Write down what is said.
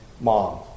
mom